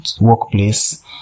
workplace